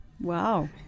Wow